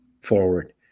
forward